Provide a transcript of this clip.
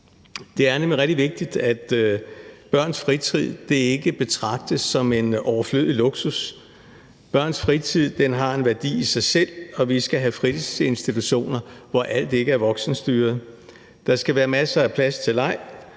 Det er nemlig rigtig vigtigt, at børns fritid ikke betragtes som en overflødig luksus. Børns fritid har en værdi i sig selv, og vi skal have fritidsinstitutioner, hvor alt ikke er voksenstyret. Der skal være masser af plads til leg,